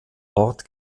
ort